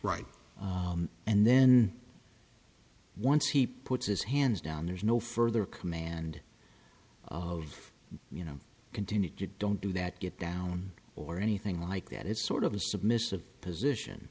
right and then once he puts his hands down there's no further command of you know continued you don't do that get down or anything like that it's sort of a submissive position